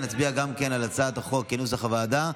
נצביע על הצעת החוק כנוסח הוועדה,